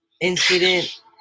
incident